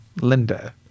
Linda